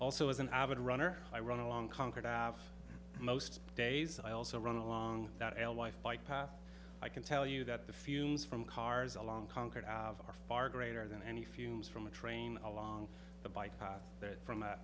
also as an avid runner i run along concord have most days i also run along that al life bike path i can tell you that the fumes from cars along conquered are far greater than any fumes from a train along the bike path that from a